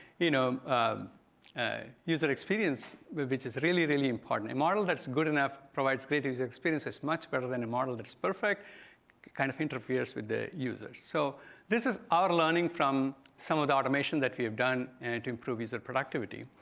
you know um user experience which is really really important. a model that's good enough, provides greater experiences much better than a model that's perfect kind of interferes with the user. so this is our learning from some of the automation that we have done and to improve user productivity.